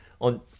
on